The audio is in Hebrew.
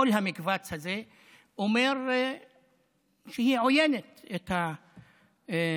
כל המקבץ הזה אומר שהיא עוינת כלפינו,